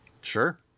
Sure